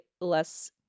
less-